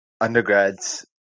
undergrads